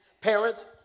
Parents